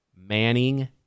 Manning